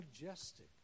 majestic